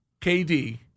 KD